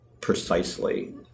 precisely